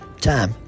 time